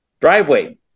driveway